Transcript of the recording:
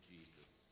Jesus